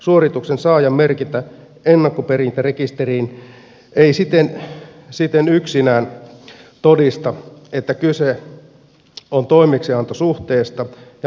suorituksen saajan merkintä ennakkoperintärekisteriin ei siten yksinään todista että kyse on toimeksiantosuhteesta ja maksettava suoritus työkorvausta